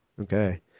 Okay